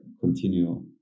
continue